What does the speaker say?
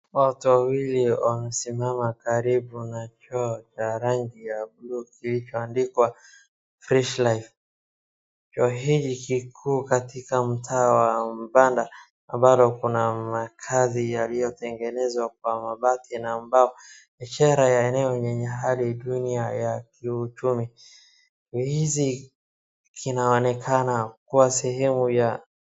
Watu wawili wamesimama karibu na choo ya rangi ya buluu iliyoandikwa face life .Choo hii ji kikuu katika mtaa wa vibanda kwani makazi yaliyotengenezwa kwa mabati na mbao ishara ya eneo lenye hali duni ya kiuchumi.